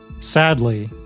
Sadly